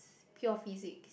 pure physics